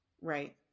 right